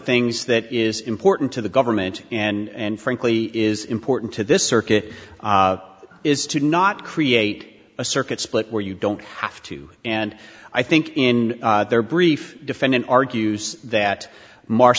things that is important to the government and frankly is important to this circuit is to not create a circuit split where you don't have to and i think in their brief defendant argues that